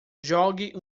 jogue